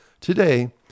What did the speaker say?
Today